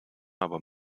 aber